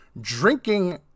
drinking